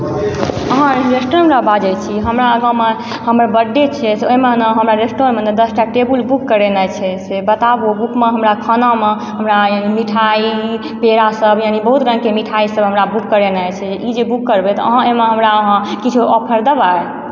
अहाँ रेस्टूरेंटसँ बाजय छी हमर आगाँमे हमर बर्थडे छै से ओहिमे न हमरा रेस्टूरेंटम न दशटा टेबुल बुक करेनाइ छै से बताबु बुकमऽ हमरा खानामऽ हमरा मिठाइ पेड़ासभ यानि बहुत रङ्गके मिठाइसभ हमरा बुक करेनाइ छी ई जे बुक करबय तऽ अहाँ हमरा एहिमे हमरा किछो ऑफर देबय